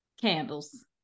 candles